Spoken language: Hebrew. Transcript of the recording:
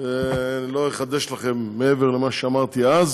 ולא אחדש לכם מעבר למה שאמרתי אז.